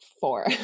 four